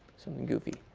something goofy.